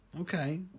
Okay